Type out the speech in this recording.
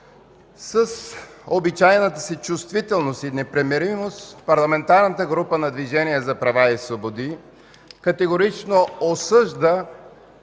С обичайната си чувствителност и непримиримост Парламентарната група на Движението за права и свободи категорично осъжда